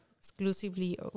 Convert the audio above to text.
exclusively